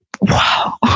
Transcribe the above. wow